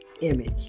image